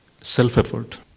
Self-effort